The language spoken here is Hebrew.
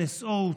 להיחקר